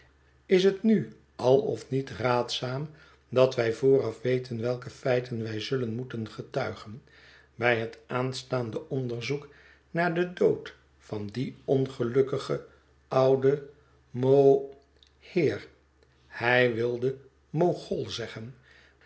is het nu al of niet raadzaam dat wij vooraf weten welke feiten wij zullen moeten getuigen bij het aanstaande onderzoek naar den dood van dien ongelukkigen ouden mo heer hij wilde mogol zeggen